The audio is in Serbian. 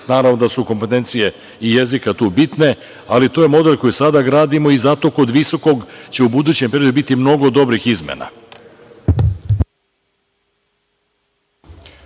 kadar. Naravno da su i kompetencije jezika tu bitne, ali to je model koji sada gradimo i zato kod visokog obrazovanja će u budućem periodu biti mnogo dobrih izmena.